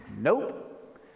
Nope